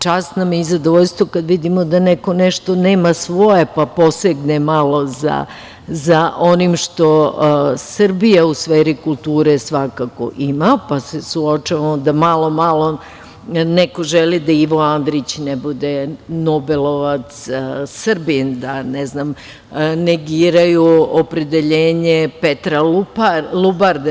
Čast mi je i zadovoljstvo kada vidimo da neko nešto nema svoje, pa posegne malo za onim što Srbija u sferi kulture svakako ima, pa se suočavamo da malo, malo neko želi da Ivo Andrić ne bude nobelovac, Srbin, da ne znam negiraju nacionalno opredeljenje Petra Lubarde.